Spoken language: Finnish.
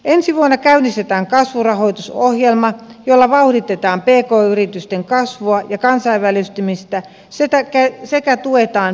ensi vuonna käynnistetään kasvurahoitusohjelma jolla vauhditetaan pk yritysten kasvua ja kansainvälistymistä sekä tuetaan pääomasijoitusmarkkinoita